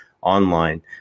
online